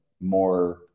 more